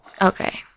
Okay